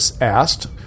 asked